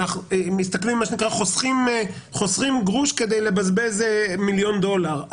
אנחנו חוסכים גרוש כדי לבזבז מיליון דולר.